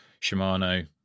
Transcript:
Shimano